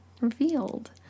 revealed